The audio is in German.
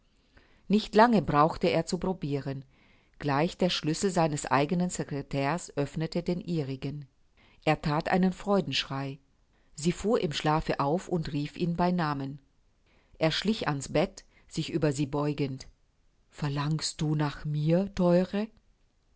nicht lange brauchte er zu probiren gleich der schlüssel seines eigenen secretairs öffnete den ihrigen er that einen freudenschrei sie fuhr im schlafe auf und rief ihn bei namen er schlich an's bett sich über sie beugend verlangst du nach mir theure